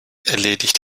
erledigt